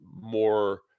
more